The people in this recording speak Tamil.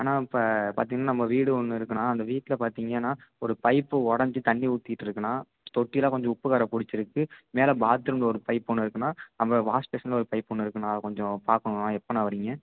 அண்ணா இப்போ பார்த்திங்கன்னா நம்ம வீடு ஒன்று இருக்குதுண்ணா அந்த வீட்டில் பார்த்திங்கன்னா ஒரு பைப்பு ஒடைஞ்சு தண்ணி ஊத்திட்டு இருக்குதுண்ணா தொட்டிலாம் கொஞ்சம் உப்புகறை பிடிச்சிருக்கு மேலே பாத்ரூமில் ஒரு பைப் ஒன்று இருக்குதுண்ணா அப்புறம் வாஷ்பேஷனில் ஒரு பைப் ஒன்று இருக்குதுண்ணா அதை கொஞ்சம் பாக்கணும்ண்ணா எப்போண்ணா வர்றீங்க